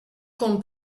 con